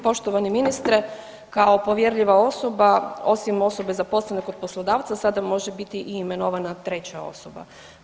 Poštovani ministre, kao povjerljiva osoba osim osobe zaposlene kod poslodavca sada može biti imenovana i treća osoba.